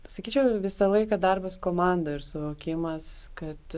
sakyčiau visą laiką darbas komandoj ir suvokimas kad